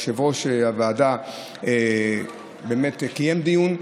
יושב-ראש הוועדה קיים דיון.